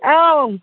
औ